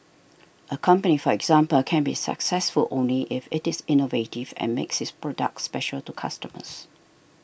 a company for example can be successful only if it is innovative and makes its products special to customers